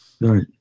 Right